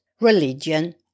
religion